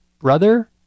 brother